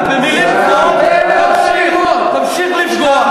ואנחנו נמשיך לעשות.